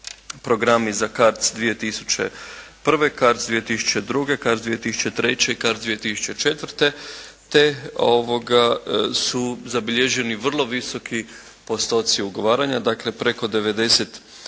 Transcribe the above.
programi za CARDS 2001., CARDS 2002., CARDS 2003. i CARDS 2004. te su zabilježeni vrlo visoki postoci ugovaranja, dakle preko 96%